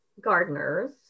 Gardeners